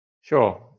Sure